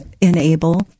enable